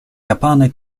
japanaj